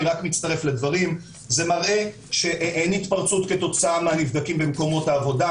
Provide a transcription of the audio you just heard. אני רק מצטרף לדברים שאין התפרצות כתוצאה מהנבדקים במקומות העבודה.